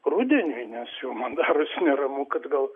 rudeniui nes man darosi neramu kad gal